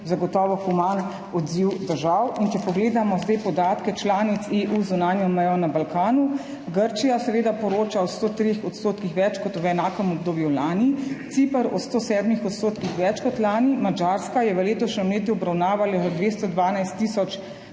zagotovo, human odziv držav. Če pogledamo zdaj podatke članic EU, z zunanjo mejo na Balkanu – Grčija seveda poroča o 103 % več kot v enakem obdobju lani, Ciper o 107 % več kot lani, Madžarska je v letošnjem letu obravnavala 212 tisoč